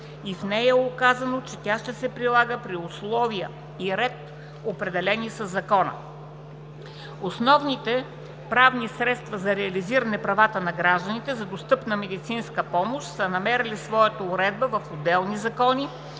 и в нея е указано, че тя ще се прилага при условия и ред, определени със закон”. Основните правни средства за реализиране правата на гражданите за достъпна медицинска помощ са намерили своята уредба в отделни закони,